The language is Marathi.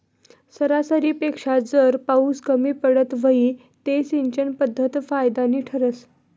सरासरीपेक्षा जर पाउस कमी पडत व्हई ते सिंचन पध्दत फायदानी ठरस